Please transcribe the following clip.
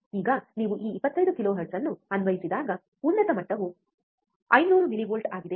ಈಗ ನೀವು ಈ 25 ಕಿಲೋಹೆರ್ಟ್ಜ್ ಅನ್ನು ಅನ್ವಯಿಸಿದಾಗ ಉನ್ನತ ಮಟ್ಟವು 500 ಮಿಲಿವೋಲ್ಟ್ ಆಗಿದೆ